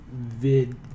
vid